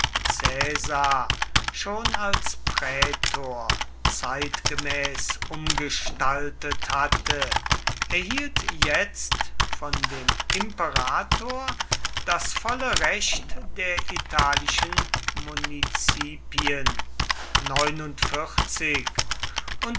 schon als prätor zeitgemäß umgestaltet hatte erhielt jetzt von dem imperator das volle recht der italischen